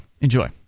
enjoy